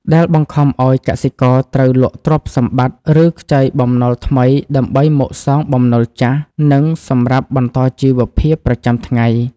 ដែលបង្ខំឱ្យកសិករត្រូវលក់ទ្រព្យសម្បត្តិ ឬខ្ចីបំណុលថ្មីដើម្បីមកសងបំណុលចាស់ និងសម្រាប់បន្តជីវភាពប្រចាំថ្ងៃ។